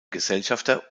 gesellschafter